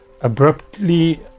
abruptly